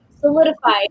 solidified